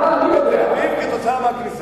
כתוצאה מהכניסה.